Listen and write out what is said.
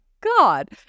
God